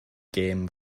gêm